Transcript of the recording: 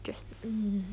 just hmm